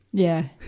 yeah.